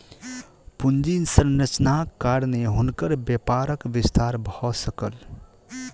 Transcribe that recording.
पूंजी संरचनाक कारणेँ हुनकर व्यापारक विस्तार भ सकल